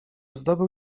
zdobył